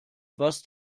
was